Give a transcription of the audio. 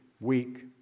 week